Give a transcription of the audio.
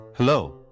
Hello